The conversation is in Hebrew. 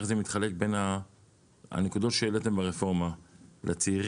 איך זה מתחלק - הנקודות שהעליתם ברפורמה - לצעירים,